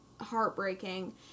heartbreaking